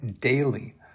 daily